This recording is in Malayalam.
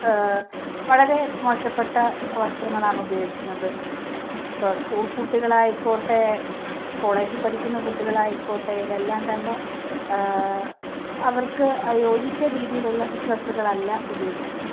വളരെ മോശപ്പെട്ട വസ്ത്രങ്ങളാണ് ഉപയോഗിക്കുന്നത് ഇപ്പം സ്കൂൾ കുട്ടികളായിക്കോട്ടെ കോളേജിൽ പഠിക്കുന്ന കുട്ടികളായിക്കോട്ടെ ഇവരെല്ലാം തന്നെ അവർക്ക് യോജിച്ച രീതിയിലുള്ള ഡ്രസ്സുകളല്ല ഉപയോഗിക്കുന്നത്